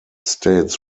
states